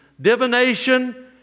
divination